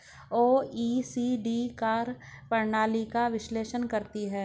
OECD कर प्रणाली का विश्लेषण करती हैं